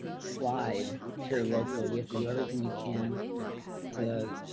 slide here locally. we have to do everything you can to